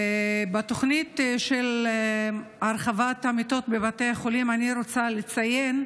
בתוכנית של הרחבת המיטות בבתי החולים אני רוצה לציין,